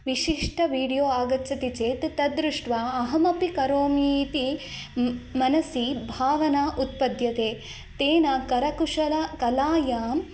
विशिष्ट वीडियो आगच्छति चेत् तदृष्ट्वा अहमपि करोमि इति म् मनसि भावना उत्पद्यते तेन करकुशल कलायाम्